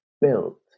built